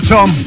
Tom